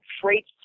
freight